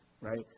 right